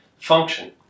function